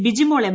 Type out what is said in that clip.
Bijimol M